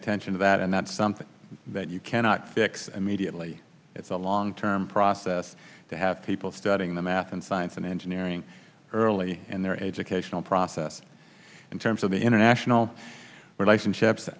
attention to that and that's something that you cannot fix immediately it's a long term process to have people studying the math and science and engineering early in their educational process in terms of the international relationships